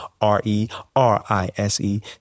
R-E-R-I-S-E